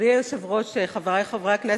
אדוני היושב-ראש, חברי חברי הכנסת,